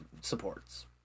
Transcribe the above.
supports